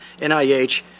NIH